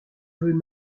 veut